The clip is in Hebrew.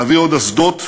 להביא עוד אסדות,